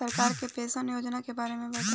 सरकार के पेंशन योजना के बारे में बताईं?